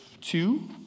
two